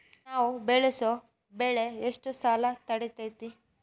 ನಾವು ಬೆಳಸೋ ಬೆಳಿ ಎಷ್ಟು ಕಾಲ ತಡೇತೇತಿ?